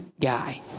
guy